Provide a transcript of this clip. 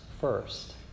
first